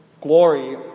Glory